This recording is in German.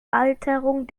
alterung